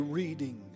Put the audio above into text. reading